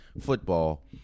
football